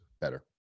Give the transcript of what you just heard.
better